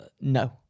no